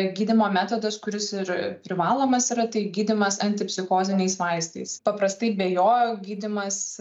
gydymo metodas kuris ir privalomas yra tai gydymas antipsichoziniais vaistais paprastai be jo gydymas